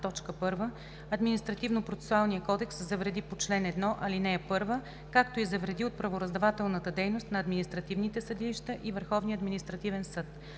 Административнопроцесуалния кодекс – за вреди по чл. 1, ал. 1, както и за вреди от правораздавателната дейност на административните съдилища и